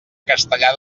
castellar